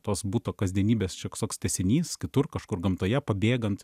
tos buto kasdienybės šioks toks tęsinys kitur kažkur gamtoje pabėgant